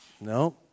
No